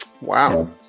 Wow